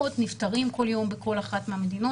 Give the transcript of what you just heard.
מאות נפטרים כל יום בכל אחת מהמדינות.